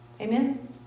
Amen